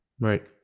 Right